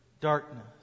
darkness